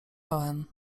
pełen